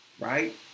Right